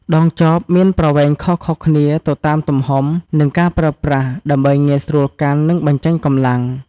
ដងចបមានប្រវែងខុសៗគ្នា ទៅតាមទំហំ និងការប្រើប្រាស់ ដើម្បីងាយស្រួលកាន់ និងបញ្ចេញកម្លាំង។